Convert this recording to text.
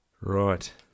right